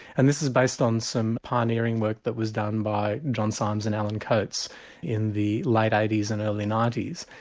and this is based on some pioneering work that was done by john symes and alan coates in the late eighty s and early ninety s.